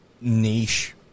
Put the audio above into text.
niche